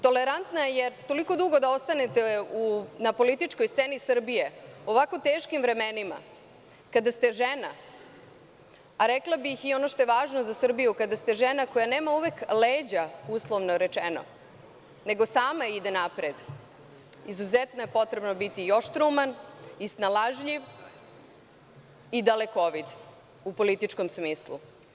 Tolerantna je jer, toliko dugo da ostanete na političkoj sceni Srbije u ovako teškim vremenima, kada ste žena, a rekla bih i ono što je važno za Srbiju, kada ste žena koja nema uvek leđa, uslovno rečeno, nego sama ide napred, izuzetno je potrebno biti i oštrouman i snalažljiv i dalekovid, u političkom smislu.